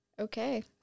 Okay